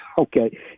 Okay